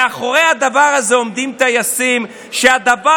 מאחורי הדבר הזה עומדים טייסים שהדבר